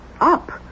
up